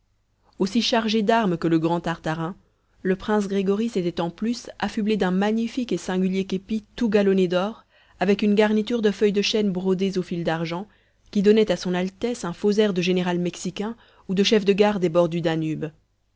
aussi chargé d'armes que le grand tartarin le prince grégory s'était en plus affublé d'un magnifique et singulier képi tout page galonné d'or avec une garniture de feuilles de chêne brodées au fil d'argent qui donnait à son altesse un faux air de général mexicain ou de chef de gare des bords du danube